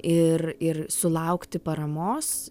ir ir sulaukti paramos